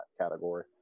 category